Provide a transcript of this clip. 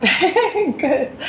Good